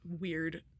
weird